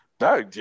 No